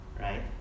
right